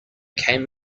came